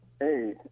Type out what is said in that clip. Hey